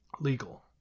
legal